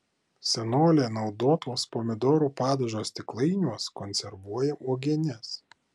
senolė naudotuos pomidorų padažo stiklainiuos konservuoja uogienes